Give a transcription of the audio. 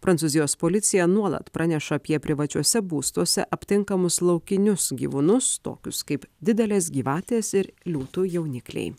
prancūzijos policija nuolat praneša apie privačiuose būstuose aptinkamus laukinius gyvūnus tokius kaip didelės gyvatės ir liūtų jaunikliai